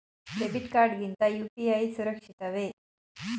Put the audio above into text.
Debit card ಗಿಂತ UPI ಸುರಕ್ಷಿತವೇ?